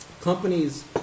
companies